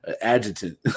adjutant